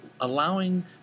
allowing